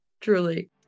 Truly